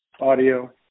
audio